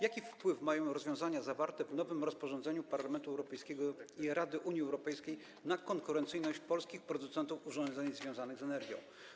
Jaki wpływ mają rozwiązania zawarte w nowym rozporządzeniu Parlamentu Europejskiego i Rady (UE) na konkurencyjność polskich producentów urządzeń związanych z energią?